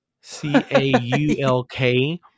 c-a-u-l-k